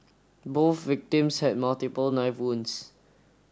both victims had multiple knife wounds